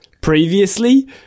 previously